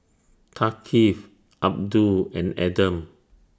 Thaqif Abdul and Adam